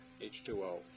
H2O